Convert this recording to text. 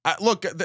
look